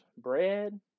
bread